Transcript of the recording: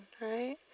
right